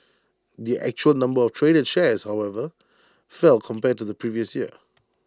the actual number of traded shares however fell compared to the previous year